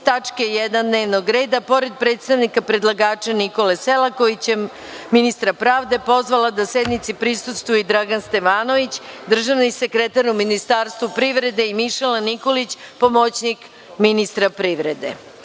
tačke 1. dnevnog reda pored predstavnika predlagača Nikole Selakovića, ministra pravde pozvala da sednici prisustvuju i Dragan Stavanović, državni sekretar u Ministarstvu privrede i Mišela Nikolić, pomoćnik ministra